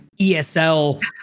esl